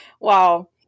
Wow